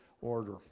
order